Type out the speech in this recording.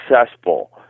successful